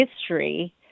history